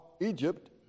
Egypt